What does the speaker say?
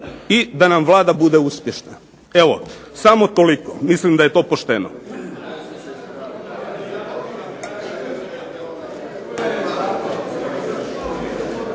i da nam Vlada bude uspješna. Evo samo toliko, mislim da je to pošteno.